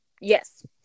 yes